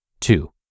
Two